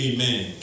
Amen